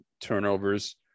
turnovers